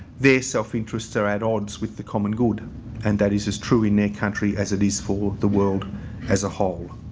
their self-interests are at odds with the common good and that is as true in their country as it is for the world as a whole.